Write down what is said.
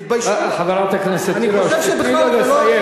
חברת הכנסת תירוש, תני לו לסיים.